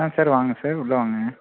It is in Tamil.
ஆ சார் வாங்க சார் உள்ளே வாங்க